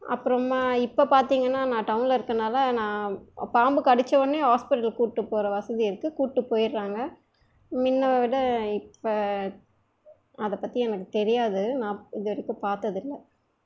அப்புறமா இப்போ பார்த்திங்கன்னா நான் டவுனில் இருக்கனால் நான் பாம்பு கடிச்ச உட்னே ஹாஸ்பிட்டல் கூப்பிட்டு போகிற வசதி இருக்கு கூப்பிட்டு போயிட்றாங்க முன்ன விட இப்போ அதை பற்றி எனக்கு தெரியாது நான் இது வரைக்கும் பார்த்ததில்ல